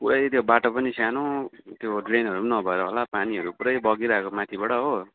पुरै त्यो बाटो पनि सानो त्यो ड्रेनहरू पनि नभएर होला पानीहरू पुरै बगिरहेको माथिबाट हो